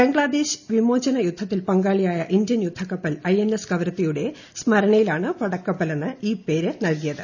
ബംഗ്ലാദേശ് വിമോചനയുദ്ധത്തിൽ പങ്കാളിയായ ഇന്ത്യൻ യുദ്ധകപ്പൽ ഐഎൻഎസ് കവരത്തിയുടെ സ്മരണയിലാണ് പടക്കപ്പലിന് ഈ പേര് നൽകിയത്